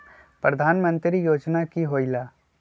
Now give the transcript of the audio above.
प्रधान मंत्री योजना कि होईला?